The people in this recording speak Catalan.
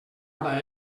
hora